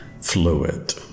fluid